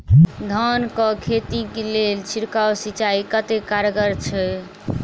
धान कऽ खेती लेल छिड़काव सिंचाई कतेक कारगर छै?